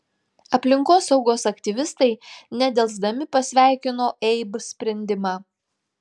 aplinkosaugos aktyvistai nedelsdami pasveikino eib sprendimą